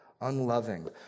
unloving